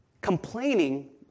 complaining